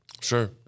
Sure